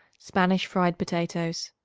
spanish fried potatoes.